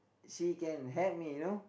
she can help me you know